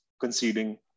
conceding